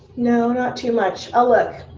no, not too much. i'll look.